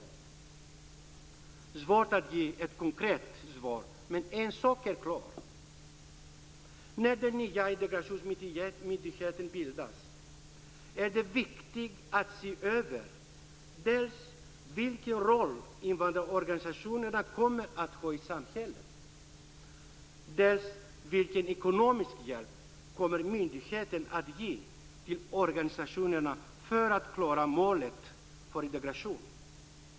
Det är svårt att ge ett konkret svar men en sak är klar: När den nya integrationsmyndigheten bildas är det viktigt att se över dels vilken roll invandrarorganisationerna kommer att ha i samhället, dels vilken ekonomisk hjälp myndigheten kommer att ge till organisationerna för att klara målet för integration.